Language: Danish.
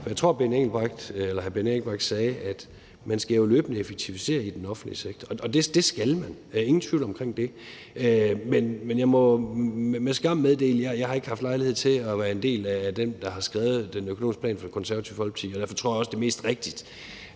jeg tror, hr. Benny Engelbrecht sagde, at man jo løbende skal effektivisere i den offentlige sektor. Og det skal man – ingen tvivl om det. Men jeg må med skam meddele, at jeg ikke har haft lejlighed til at være en del af dem, der har skrevet den økonomiske plan for Det Konservative Folkeparti. Derfor tror jeg også, at det er mest rigtigt,